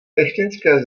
technické